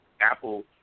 Apple